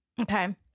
Okay